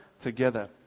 together